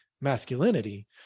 masculinity